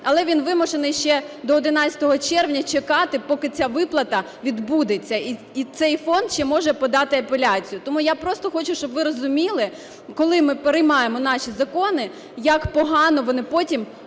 але він вимушений ще до 11 червня чекати, поки ця виплата відбудеться, і цей фонд ще може подати апеляцію. Тому я просто хочу, щоб ви розуміли, коли ми приймаємо наші закони, як погано вони потім